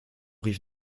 rive